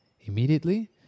Immediately